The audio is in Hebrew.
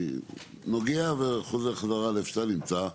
אני נוגע וחוזר חזרה לאיפה שאתה נמצא,